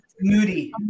Moody